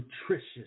nutritious